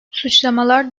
suçlamalar